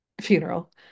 funeral